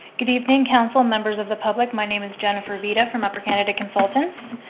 good evening council members of the public. my name is jennifer vita from upper canada consultants.